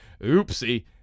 Oopsie